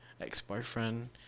ex-boyfriend